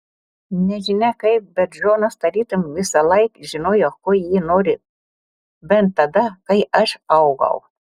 nežinia kaip bet džonas tarytum visąlaik žinojo ko ji nori bent tada kai aš augau